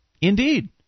Indeed